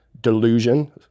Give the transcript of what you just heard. delusion